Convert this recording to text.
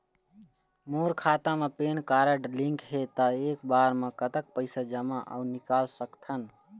मोर खाता मा PAN card link हे ता एक बार मा कतक पैसा जमा अऊ निकाल सकथन?